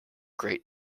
great